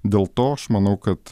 dėl to aš manau kad